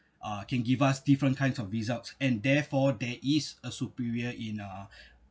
uh can give us different kinds of results and therefore there is a superior in uh